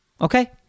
Okay